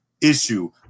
issue